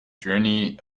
journey